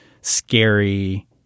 scary